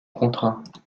contrat